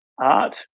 art